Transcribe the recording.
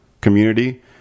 community